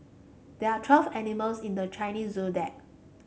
there are twelve animals in the Chinese Zodiac